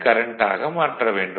current ஆக மாற்ற வேண்டும்